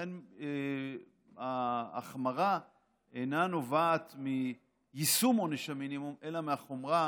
ולכן ההחמרה אינה נובעת מיישום עונש המינימום אלא מהחומרה